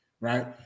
Right